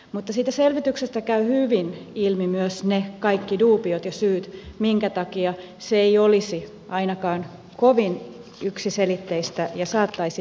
mutta siitä selvityksestä käy hyvin ilmi myös ne kaikki duubiot ja syyt minkä takia se ei olisi ainakaan kovin yksiselitteistä ja saattaisi johtaa vaikeuksiin